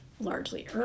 largely